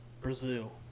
Brazil